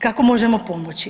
Kako možemo pomoći?